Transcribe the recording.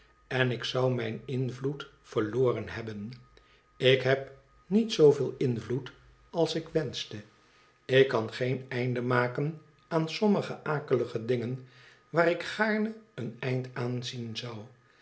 afvalligwerden ik zou mijn invloed verloren hebben ik heb niet zooveel invloed als ik wenschte ik kan geen einde maken aan sommige akelige dingei waar ik gaarne een eind aan zien zou